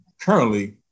currently